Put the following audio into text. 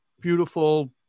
beautiful